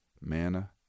manna